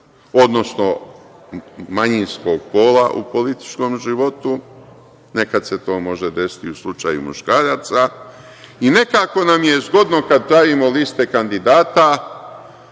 odnosno manjinskog pola u političkom životu, nekad se to može desiti u slučaju muškaraca i nekako nam je zgodno kada pravimo liste kandidata,